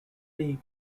league